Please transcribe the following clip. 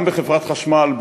גם בחברת חשמל,